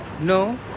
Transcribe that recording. no